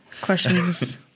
questions